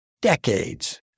decades